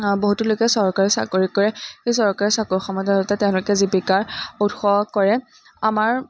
বহুতো লোকে চৰকাৰী চাকৰি কৰে সেই চৰকাৰী চাকৰি তেওঁলোকে জীৱিকাৰ উৎস কৰে আমাৰ